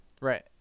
right